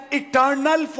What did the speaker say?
eternal